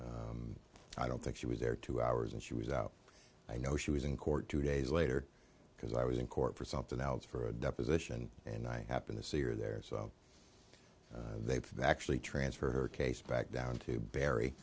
but i don't think she was there two hours and she was out i know she was in court today is later because i was in court for something else for a deposition and i happened to see or there so they've actually transferred her case back down to b